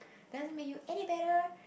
doesn't make you any better